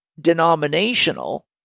denominational